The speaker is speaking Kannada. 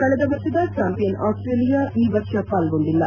ಕಳೆದ ವರ್ಷದ ಚಾಂಪಿಯನ್ ಆಸ್ವೇಲಿಯಾ ಈ ವರ್ಷ ಪಾಲ್ಗೊಂಡಿಲ್ಲ